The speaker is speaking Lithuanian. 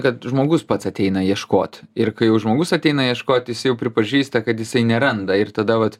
kad žmogus pats ateina ieškot ir kai jau žmogus ateina ieškot jis jau pripažįsta kad jisai neranda ir tada vat